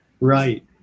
Right